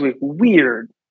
weird